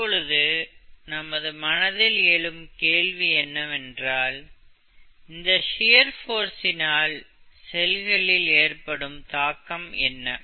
இப்பொழுது நமது மனதில் எழும் கேள்வி என்னவென்றால் இந்த ஷியர் போர்ஸ்சினால் செல்களில் ஏற்படும் தாக்கம் என்ன